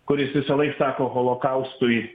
kuris visąlaik sako holokaustui